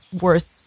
worth